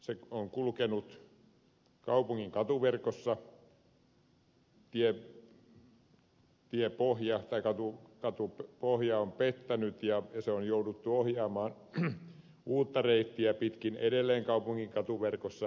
se on kulkenut kaupungin katuverkossa kadun pohja on pettänyt ja liikenne on jouduttu ohjaamaan uutta reittiä pitkin edelleen kaupungin katuverkossa